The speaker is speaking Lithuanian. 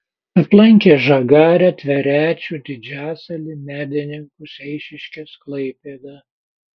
aplankė žagarę tverečių didžiasalį medininkus eišiškes klaipėdą